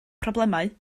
problemau